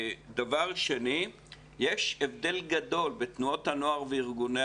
2. יש הבדל גדול בתנועות הנוער וארגוני